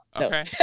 okay